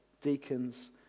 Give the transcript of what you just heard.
deacons